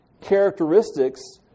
characteristics